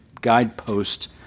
guidepost